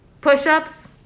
push-ups